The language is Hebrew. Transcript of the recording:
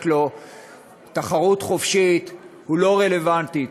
לו "תחרות חופשית" הוא לא רלוונטי.